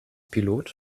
pilot